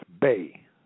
Bay